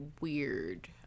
weird